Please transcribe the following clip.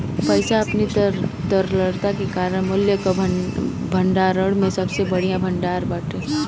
पईसा अपनी तरलता के कारण मूल्य कअ भंडारण में सबसे बढ़िया भण्डारण बाटे